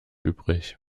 übrig